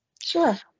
sure